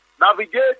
navigate